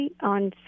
on